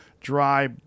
dry